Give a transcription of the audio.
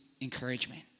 encouragement